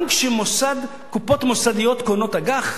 גם כשקופות מוסדיות קונות אג"ח,